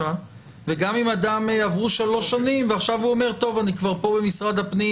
וגם אם עברו שלוש שנים והאדם עכשיו כבר נמצא במשרד הפנים